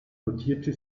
notierte